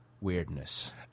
weirdness